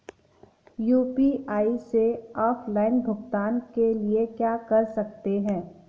UPI से offline भुगतान के लिए क्या कर सकते हैं?